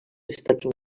estats